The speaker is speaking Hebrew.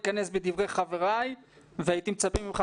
להיכנס בדברי חבריי והייתי מצפה ממך,